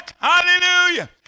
Hallelujah